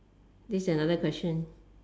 this another question